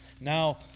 Now